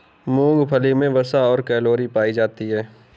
मूंगफली मे वसा और कैलोरी पायी जाती है